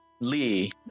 Lee